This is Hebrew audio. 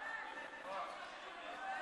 אינו נוכח יולי